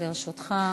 לרשותך.